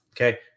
Okay